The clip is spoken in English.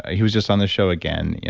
he was just on the show again, yeah